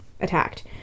attacked